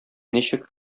ничек